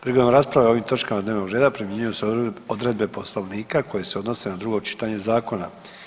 Prigodom rasprave o ovim točkama dnevnog reda primjenjuju se odredbe Poslovnika koje se odnose na drugo čitanje zakona.